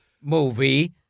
movie